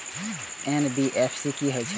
NBFC की हे छे?